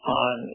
on